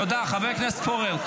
תודה, חבר הכנסת פורר.